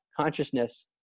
Consciousness